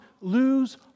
lose